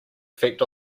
effect